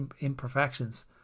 imperfections